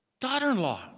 daughter-in-law